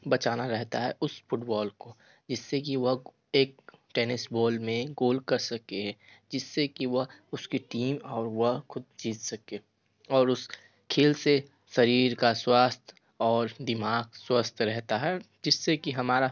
बचाना रहता है उस फ़ुटबॉल को जिससे की वह एक टेनिस बॉल में गोल कर सके जिससे कि वह उसकी टीम और वह खुद जीत सके और उस खेल से शरीर का स्वास्थ्य और दिमाग स्वस्थ रहता है जिससे कि हमारा